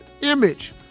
image